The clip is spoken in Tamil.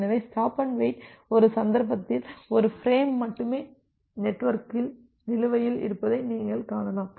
எனவே ஸ்டாப் அண்டு வெயிட் ஒரு சந்தர்ப்பத்தில் ஒரு ஃபிரேம் மட்டுமே நெட்வொர்க்கில் நிலுவையில் இருப்பதை நீங்கள் காணலாம்